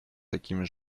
такими